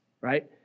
right